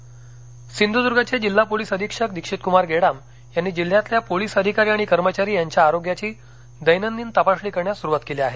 police सिंधुद्गचे जिल्हा police अधिक्षक दीक्षितकुमार गेडाम यांनी जिल्ह्यातल्या पोलीस अधिकारी आणि कर्मचारी यांच्या आरोग्याची दैनंदिन तपासणी करण्यास सुरुवात केली आहे